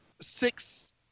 six